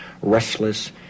restless